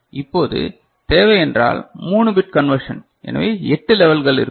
இப்போது தேவை என்றால் 3 பிட் கன்வெர்ஷன் எனவே 8 லெவல்கள் இருக்கும்